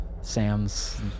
Sam's